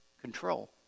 control